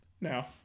now